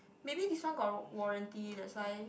maybe this one got warranty that's why